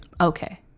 Okay